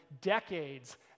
decades